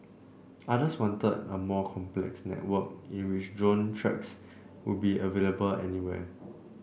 others wanted a more complex network in which drone tracks would be available anywhere